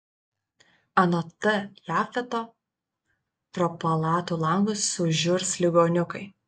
anot t jafeto pro palatų langus sužiurs ligoniukai